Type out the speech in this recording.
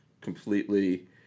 completely